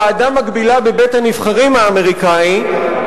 ועדה מקבילה בבית-הנבחרים האמריקני,